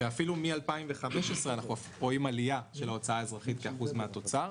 ואפילו מ-2015 אנחנו רואים עלייה של ההוצאה האזרחית כאחוז מהתוצר.